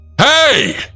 Hey